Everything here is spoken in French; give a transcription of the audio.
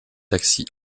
taxi